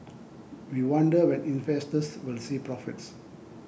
we wonder when investors will see profits